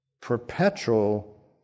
perpetual